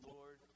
Lord